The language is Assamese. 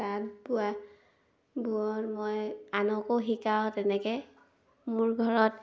তাঁত বোৱা বোৱাৰ মই আনকো শিকাওঁ তেনেকৈ মোৰ ঘৰত